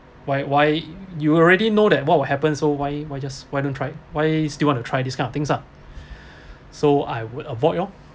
why why you already know that what will happen so why why just why don't try why still want to try this kind of things ah so I would avoid lor